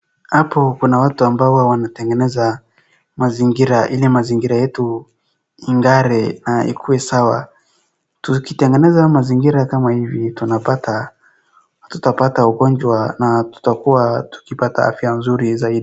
Hapo kuna watu ambao huwa wanatengeneza mazingira ili mazingira yetu ing'are na ikue sawa. Tukitengeneza mazingira kama hivi tunapata hatutapata ugonjwa na tutakua tukipata afya nzuri zaidi.